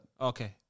Okay